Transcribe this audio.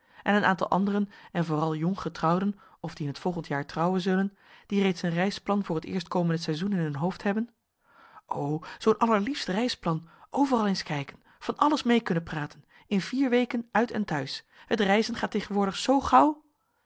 en een aantal anderen en vooral jonggetrouwden of die in t volgend jaar trouwen zullen die reeds een reisplan voor t eerstkomende seizoen in hun hoofd hebben o zoo'n allerliefst reisplan overal eens kijken van alles mee kunnen praten in vier weken uit en thuis het reizen gaat tegenwoordig zoo gauw